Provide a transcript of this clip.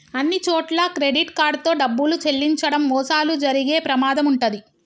అన్నిచోట్లా credit card తో డబ్బులు చెల్లించడం మోసాలు జరిగే ప్రమాదం వుంటది